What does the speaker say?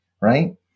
right